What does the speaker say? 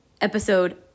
episode